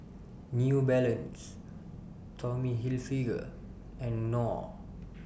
New Balance Tommy Hilfiger and Knorr